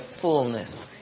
fullness